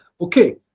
okay